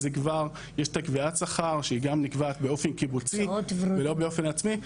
יש את קביעת השכר שהיא גם נקבעת באופן קיבוצי ולא באופן עצמאי,